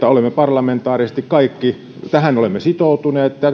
olemme parlamentaarisesti kaikki sitoutuneet